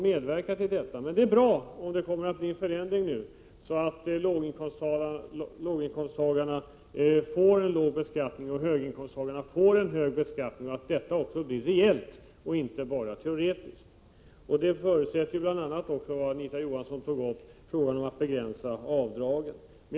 Men det är bra om det kommer att bli en förändring så att låginkomsttagarna får låg beskattning och höginkomsttagarna får hög beskattning och att detta också blir något reellt och inte bara något teoretiskt. Det förutsätter också en del beträffande begränsningar av avdragen, som Anita Johansson tog upp.